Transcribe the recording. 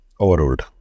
overruled